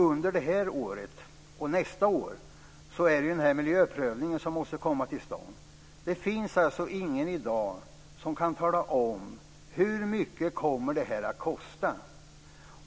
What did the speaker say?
Under det här året och nästa år måste miljöprövningen komma till stånd. Det finns i dag ingen som kan tala om hur mycket det här kommer att kosta.